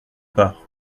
part